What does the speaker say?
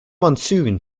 monsoon